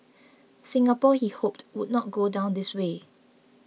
Singapore he hoped would not go down this way